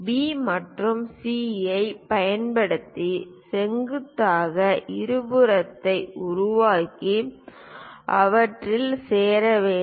B மற்றும் C ஐப் பயன்படுத்தி செங்குத்தாக இருபுறத்தை உருவாக்கி அவற்றில் சேர வேண்டும்